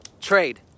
Trade